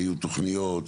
היו תוכניות,